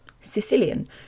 Sicilian